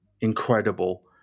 incredible